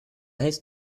heißt